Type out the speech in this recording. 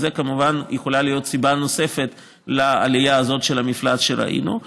וזו כמובן יכולה להיות סיבה נוספת לעלייה הזאת של המפלס שראינו.